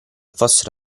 fossero